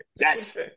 Yes